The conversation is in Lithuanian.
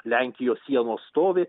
lenkijos sienos stovi